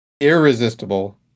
irresistible